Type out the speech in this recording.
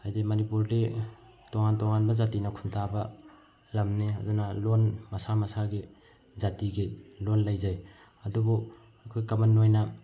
ꯍꯥꯏꯗꯤ ꯃꯅꯤꯄꯨꯔꯗꯤ ꯇꯣꯉꯥꯟ ꯇꯣꯉꯥꯟꯕ ꯖꯥꯇꯤꯅ ꯈꯨꯟꯗꯥꯕ ꯂꯝꯅꯤ ꯑꯗꯨꯅ ꯂꯣꯟ ꯃꯁꯥ ꯃꯁꯥꯒꯤ ꯖꯥꯇꯤꯒꯤ ꯂꯣꯟ ꯂꯩꯖꯩ ꯑꯗꯨꯕꯨ ꯑꯩꯈꯣꯏ ꯀꯝꯃꯟ ꯑꯣꯏꯅ